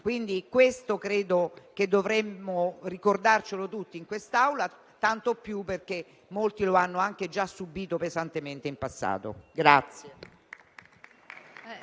emendamenti. Credo che dovremmo ricordarlo tutti in quest'Aula, tanto più perché molti lo hanno già subito pesantemente in passato.